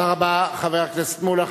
תודה רבה לחבר הכנסת מולה.